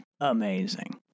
Amazing